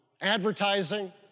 advertising